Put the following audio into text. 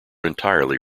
entirely